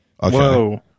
Whoa